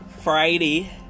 Friday